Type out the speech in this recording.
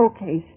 Okay